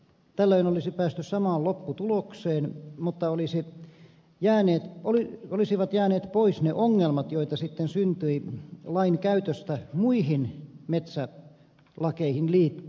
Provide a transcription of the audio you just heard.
tällöin olisi päästy samaan lopputulokseen mutta olisivat jääneet pois ne ongelmat joita sitten syntyi lain käytöstä muihin metsälakeihin liittyen